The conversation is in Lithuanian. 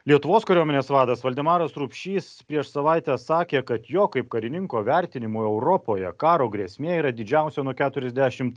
lietuvos kariuomenės vadas valdemaras rupšys prieš savaitę sakė kad jo kaip karininko vertinimu europoje karo grėsmė yra didžiausia nuo keturiasdešim